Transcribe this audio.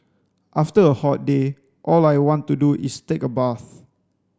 after a hot day all I want to do is take a bath